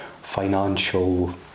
financial